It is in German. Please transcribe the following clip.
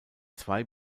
zwei